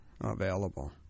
available